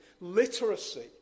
Literacy